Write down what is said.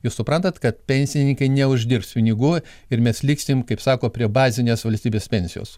jūs suprantat kad pensininkai neuždirbs pinigų ir mes liksim kaip sako prie bazinės valstybės pensijos